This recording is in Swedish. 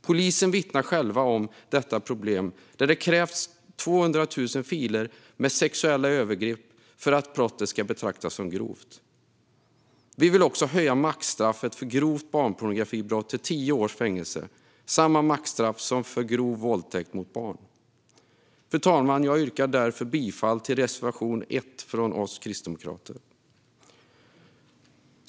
Polisen vittnar själv om detta problem. Det krävs 200 000 filer med sexuella övergrepp för att brottet ska betraktas som grovt. Vi vill också höja maxstraffet för grovt barnpornografibrott till tio års fängelse, samma maxstraff som för grov våldtäkt mot barn. Fru talman! Jag yrkar därför bifall till reservation 1 från oss kristdemokrater.